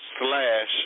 slash